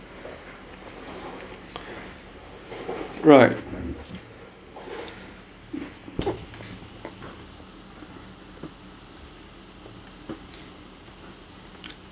right